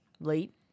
late